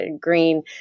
green